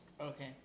Okay